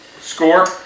Score